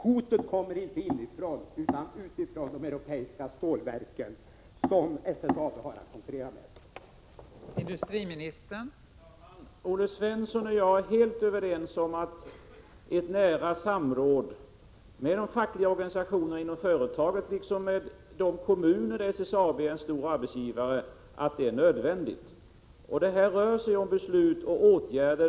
Hotet kommer inte inifrån utan utifrån, från de europeiska stålverk som SSAB har att konkurrera med.